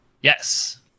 Yes